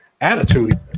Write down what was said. attitude